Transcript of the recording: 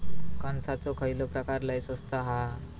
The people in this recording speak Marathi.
कणसाचो खयलो प्रकार लय स्वस्त हा?